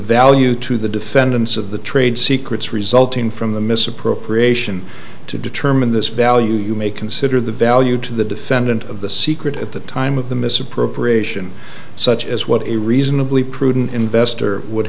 value to the defendants of the trade secrets resulting from the misappropriation to determine this value you may consider the value to the defendant of the secret at the time of the misappropriation such as what a reasonably prudent investor would